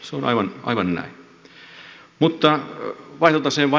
se on aivan näin